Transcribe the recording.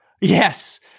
Yes